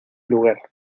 lugar